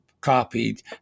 copied